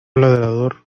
ladrador